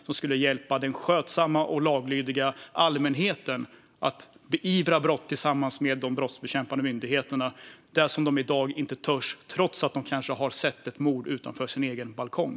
Det skulle hjälpa den skötsamma och laglydiga allmänheten att beivra brott tillsammans med de brottsbekämpande myndigheterna, det som människor i dag inte törs trots att de kanske har sett ett mord nedanför sin egen balkong.